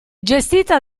gestita